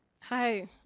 Hi